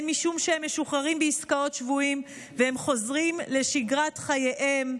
הן משום שהם משוחררים בעסקאות שבויים וחוזרים לשגרת חייהם,